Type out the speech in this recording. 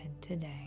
today